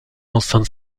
enceinte